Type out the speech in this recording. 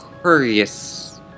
curious